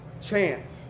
chance